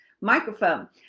microphone